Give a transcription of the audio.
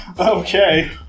Okay